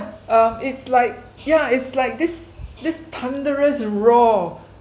um it's like yeah it's like this this thunderous roar